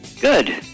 Good